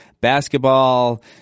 Basketball